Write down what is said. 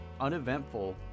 uneventful